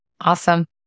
Awesome